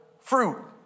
fruit